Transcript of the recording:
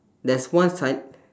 there's one side